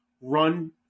run